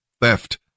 theft